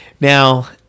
Now